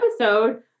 episode